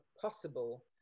possible